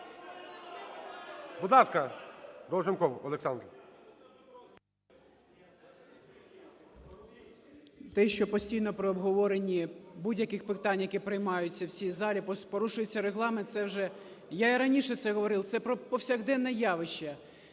Будь ласка, Долженков Олександр. 14:08:55 ДОЛЖЕНКОВ О.В. Те, що постійно при обговоренні будь-яких питань, які приймаються в цій залі, порушується Регламент, це вже… Я і раніше це говорив, це повсякденне явище.